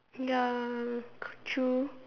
ya k~ true